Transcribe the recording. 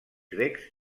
grecs